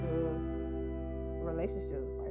relationships